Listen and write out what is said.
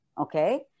okay